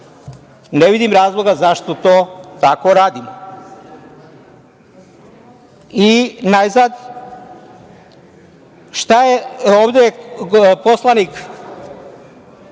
ne vidim razloga zašto to tako radimo. Najzad, šta je ovde poslanik